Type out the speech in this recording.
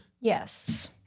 Yes